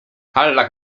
allach